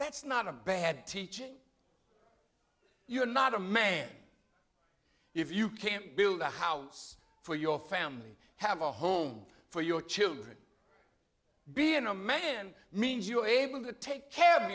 that's not a bad teaching you're not a man if you can't build a house for your family have a home for your children being a man means you're able to take care of